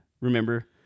remember